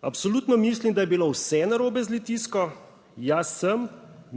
"Absolutno mislim, da je bilo vse narobe z litijsko. Jaz sem